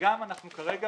וכרגע,